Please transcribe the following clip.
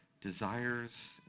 desires